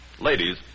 Ladies